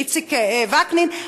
איציק וקנין,